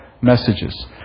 messages